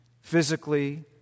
physically